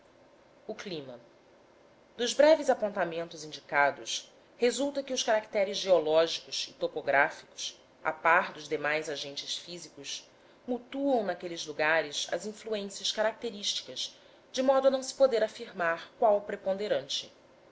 o clima dos breves apontamentos indicados resulta que os caracteres geológicos e topográficos a par dos demais agentes físicos mutuam naqueles lugares as influências características de modo a não se poder afirmar qual o preponderante